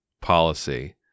policy